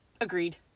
Agreed